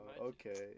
okay